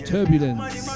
Turbulence